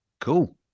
Cool